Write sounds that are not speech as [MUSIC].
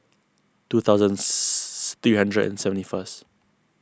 two thousand [NOISE] three hundred and seventy first